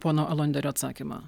pono alonderio atsakymą